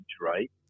right